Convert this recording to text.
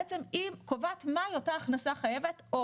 בעצם היא קובעת מהי אותה הכנסה חייבת או